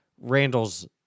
Randall's